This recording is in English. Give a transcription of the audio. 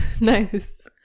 Nice